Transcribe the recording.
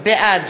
בעד